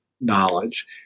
knowledge